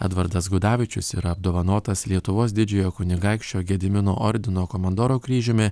edvardas gudavičius yra apdovanotas lietuvos didžiojo kunigaikščio gedimino ordino komandoro kryžiumi